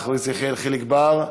חבר הכנסת יחיאל חיליק בר.